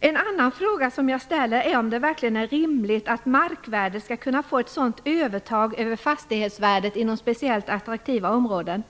En annan fråga som jag ställer är om det verkligen är rimligt att markvärden skall kunna få ett sådant övertag över fastighetsvärdet inom speciellt attraktiva områden.